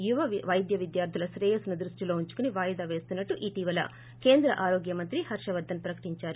యువ వైద్య విద్యార్లుల శ్రేయస్సును దృష్టిలో ఉంచుకొని వాయిదా వేస్తున్నట్లు ఇటీవల కేంద్ర ఆరోగ్యమంత్రి హర్షవర్గన్ ప్రకటించారు